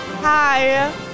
Hi